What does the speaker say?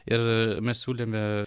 ir mes siūlėme